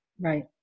Right